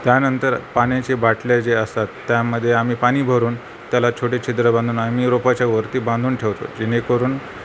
त्यानंतर पाण्याचे बाटल्या जे असतात त्यामध्ये आम्ही पाणी भरून त्याला छोटे छिद्र बांधून आम्ही रोपाच्या वरती बांधून ठेवतो जेणेकरून